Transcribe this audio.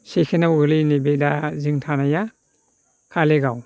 सेकेन्दआव गोलैयोनो बे दा जों थानाया कालिगाव